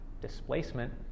displacement